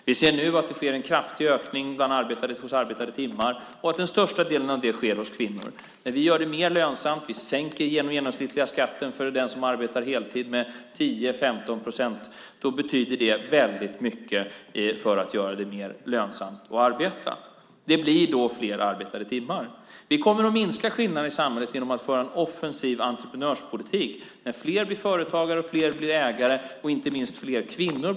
Vi ser att det sker en kraftig ökning av arbetade timmar och att den största delen av det sker hos kvinnor. Vi gör det mer lönsamt; vi sänker den genomsnittliga skatten för den som arbetar heltid med 10-15 procent. Det betyder mycket för att göra det mer lönsamt att arbeta. Det blir fler arbetade timmar. Vi kommer att minska skillnaderna i samhället genom att föra en offensiv entreprenörspolitik där fler blir företagare och fler blir ägare, inte minst kvinnor.